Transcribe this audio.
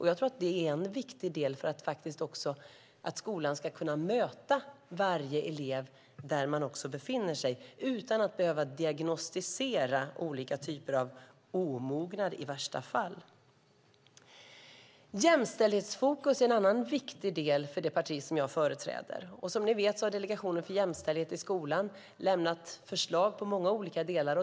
Jag tror att det är en viktig åtgärd för att skolan ska kunna möta varje elev där den befinner sig utan att i värsta fall behöva diagnostisera olika typer av omognad. Jämställdhetsfokus är en annan viktig del för det parti som jag företräder. Som ni vet har Delegationen för jämställdhet i skolan lämnat förslag på många olika delar.